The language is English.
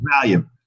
value